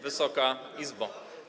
Wysoka Izbo!